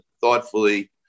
thoughtfully